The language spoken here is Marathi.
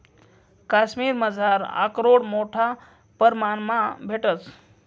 काश्मिरमझार आकरोड मोठा परमाणमा भेटंस